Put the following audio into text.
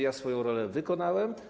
Ja swoją rolę wykonałem.